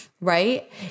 right